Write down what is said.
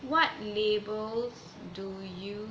what labels do you